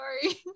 sorry